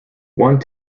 one